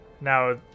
Now